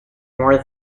more